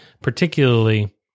particularly